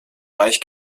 weich